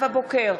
נאוה בוקר,